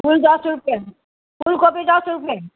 फूल दस रुप्पे फूलकोपी दस रुप्पे